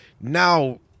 Now